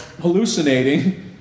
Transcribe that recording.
hallucinating